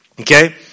Okay